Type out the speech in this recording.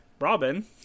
Robin